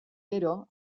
gero